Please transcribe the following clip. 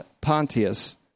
Pontius